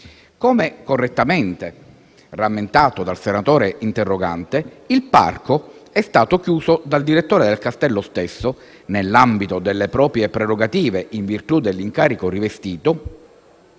Come correttamente rammentato dal senatore interrogante, il parco è stato chiuso dal direttore del castello stesso, nell'ambito delle proprie prerogative in virtù dell'incarico rivestito,